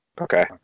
okay